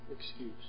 excuse